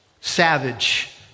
Savage